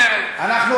ונעים.